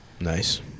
Nice